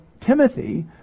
Timothy